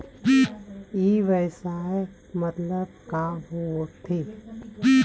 ई व्यवसाय मतलब का होथे?